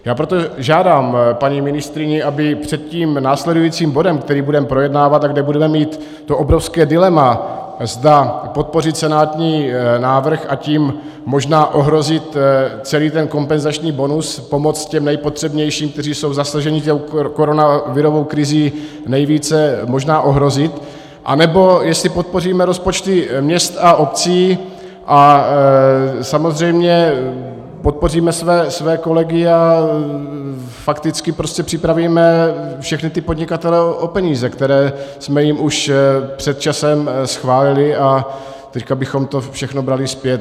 Já proto žádám paní ministryni, aby před následujícím bodem, který budeme projednávat a kde budeme mít obrovské dilema, zda podpořit senátní návrh, a tím možná ohrozit celý kompenzační bonus, pomoc těm nejpotřebnějším, kteří jsou zasaženi koronavirovou krizí nejvíce, možná ohrozit, anebo jestli podpoříme rozpočty měst a obcí a samozřejmě podpoříme své kolegy a fakticky připravíme všechny podnikatele o peníze, které jsme jim už před časem schválili, a teď bychom to všechno brali zpět.